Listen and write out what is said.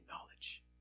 knowledge